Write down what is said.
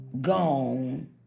gone